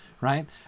right